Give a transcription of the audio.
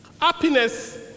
happiness